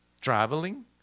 traveling